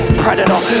predator